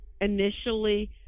initially